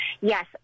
Yes